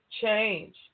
change